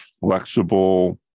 flexible